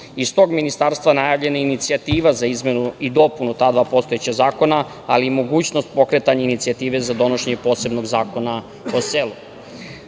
tog ministarstva najavljena je inicijativa za izmenu i dopunu ta dva postojeća zakona, ali i mogućnost pokretanja inicijative za donošenje posebnog zakona o selu. Pošto